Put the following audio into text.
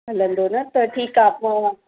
हलंदो न त ठीकु आहे मां